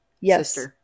Yes